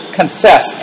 confess